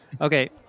okay